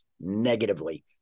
negatively